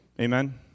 Amen